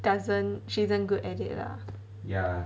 doesn't she isn't good at it ah